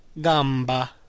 Gamba